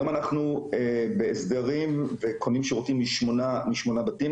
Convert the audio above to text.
כיום אנחנו בהסדרים וקונים שירותים משמונה בתים.